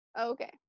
Okay